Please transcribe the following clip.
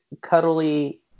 cuddly